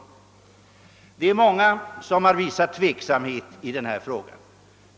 Många har visat tveksamhet i denna fråga.